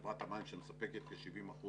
חברת המים שמספקת כ-70%